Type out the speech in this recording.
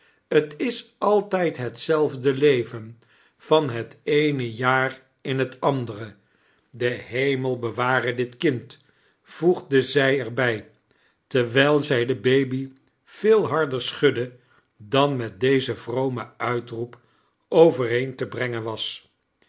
t is altijd hetzelfde leven van het eene jaar in het andere de hemel beware dit kind vofegde zij er bij terwijl zij de baby veel harder schudde dan met dezen vromen uitroep overeen te brengen was